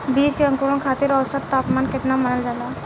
बीज के अंकुरण खातिर औसत तापमान केतना मानल जाला?